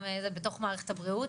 בתוך מערכת הבריאות,